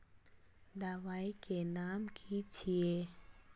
दबाई के नाम की छिए?